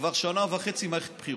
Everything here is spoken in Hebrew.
כבר שנה וחצי מערכת בחירות,